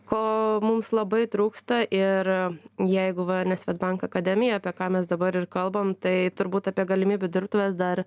ko mums labai trūksta ir jeigu va ne svedbank akademija apie ką mes dabar ir kalbam tai turbūt apie galimybių dirbtuves dar